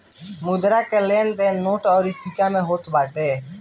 मुद्रा के लेन देन नोट अउरी सिक्का में होत बाटे